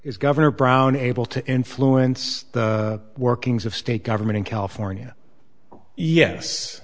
is governor brown able to influence the workings of state government in california